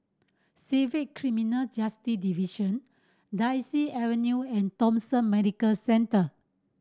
Civil Criminal Justice Division Daisy Avenue and Thomson Medical Centre